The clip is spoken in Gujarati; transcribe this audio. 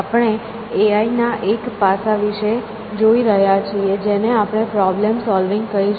આપણે એઆઈ ના એક પાસા વિશે જોઈ રહ્યા છીએ જેને આપણે પ્રોબ્લેમ સોલવિંગ કહીશું